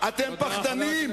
אתם פחדנים.